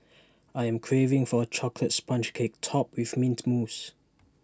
I am craving for A Chocolate Sponge Cake Topped with Mint Mousse